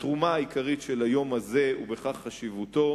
התרומה העיקרית של היום הזה, ובכך חשיבותו,